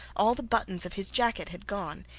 all the buttons of his jacket had gone,